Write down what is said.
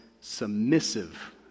submissive